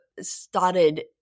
started